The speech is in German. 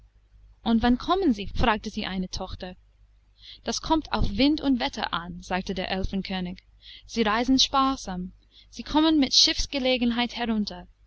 und wann kommen sie fragte die eine tochter das kommt auf wind und wetter an sagte der elfenkönig sie reisen sparsam sie kommen mit schiffsgelegenheit herunter